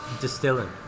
distilling